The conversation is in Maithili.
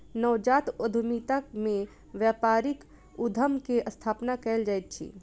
नवजात उद्यमिता में व्यापारिक उद्यम के स्थापना कयल जाइत अछि